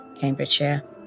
Cambridgeshire